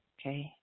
okay